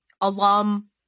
alum